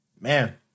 man